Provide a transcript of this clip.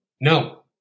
No